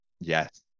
yes